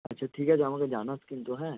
আচ্ছা ঠিক আছে আমাকে জানাস কিন্তু হ্যাঁ